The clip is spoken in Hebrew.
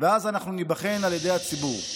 ואז אנחנו ניבחן על ידי הציבור.